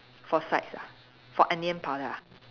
for sides ah for onion powder ah